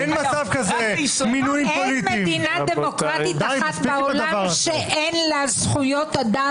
אין מדינה דמוקרטית אחת בעולם שאין לה זכויות אדם